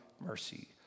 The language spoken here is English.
mercy